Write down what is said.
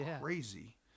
crazy